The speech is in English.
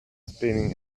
spinning